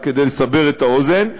רק כדי לסבר את האוזן,